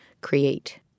create